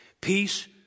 Peace